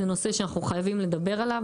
זה נושא שאנחנו חייבים לדבר עליו,